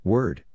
Word